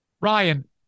Ryan